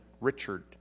Richard